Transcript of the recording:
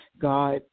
God